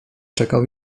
czekał